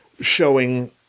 showing